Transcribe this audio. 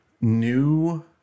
new